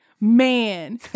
man